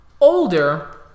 older